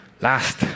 Last